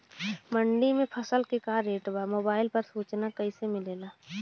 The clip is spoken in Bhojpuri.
मंडी में फसल के का रेट बा मोबाइल पर रोज सूचना कैसे मिलेला?